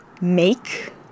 make